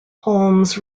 holmes